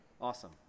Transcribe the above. Awesome